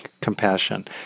compassion